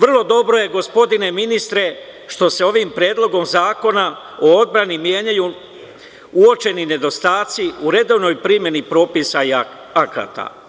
Vrlo dobro je, gospodine ministre što se ovim Predlogom zakona o odbrani, menjaju uočeni nedostaci u redovnoj primeni propisa i akata.